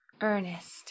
Ernest